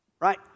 Right